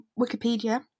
Wikipedia